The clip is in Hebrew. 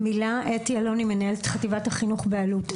מילה אתי אלוני, מנהלת חטיבת החינוך באלו"ט.